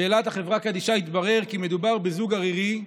שאלת החברה קדישא התברר כי מדובר בזוג ערירי,